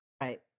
right